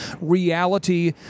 reality